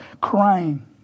crying